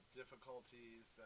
difficulties